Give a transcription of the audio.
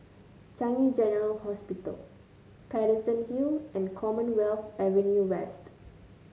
Changi General Hospital Paterson Hill and Commonwealth Avenue West